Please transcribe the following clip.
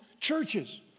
churches